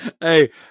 Hey